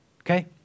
Okay